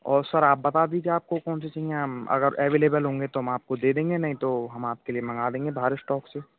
और सर आप बता दीजिए आपको कौन से चाहिए अगर एवेलेबल होंगे तो हम आपको दे देंगे नहीं तो हम आपके लिए मँगा देंगे बाहर स्टॉक से